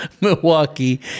Milwaukee